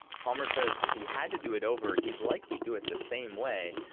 palmer says if he had to do it over, he'd likely do it the same way,